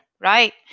right